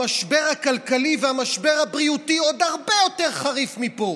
המשבר הכלכלי והמשבר הבריאותי עוד הרבה יותר חריף מפה.